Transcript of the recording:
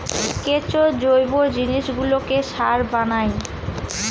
কেঁচো জৈব জিনিসগুলোকে সার বানায়